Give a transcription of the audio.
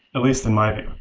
at least in my